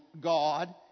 god